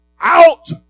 out